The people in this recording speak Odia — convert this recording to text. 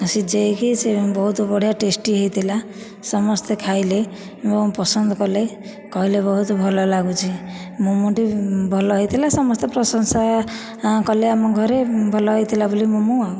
ସିଝାଇକି ସେ ବହୁତ ବଢ଼ିଆ ଟେଷ୍ଟି ହୋଇଥିଲା ସମସ୍ତେ ଖାଇଲେ ଏବଂ ପସନ୍ଦ କଲେ କହିଲେ ବହୁତ ଭଲ ଲାଗୁଛି ମୋମୋଟି ଭଲ ହୋଇଥିଲା ସମସ୍ତେ ପ୍ରଶଂସା କଲେ ଆମ ଘରେ ଭଲ ହୋଇଥିଲା ବୋଲି ମୋମୋ ଆଉ